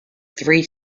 three